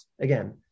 again